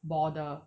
border